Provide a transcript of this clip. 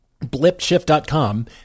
blipshift.com